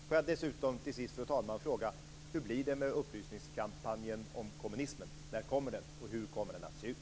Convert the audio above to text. Får jag dessutom, fru talman, till sist fråga: Hur blir det med upplysningskampanjen om kommunismen? När kommer den, och hur kommer den att se ut?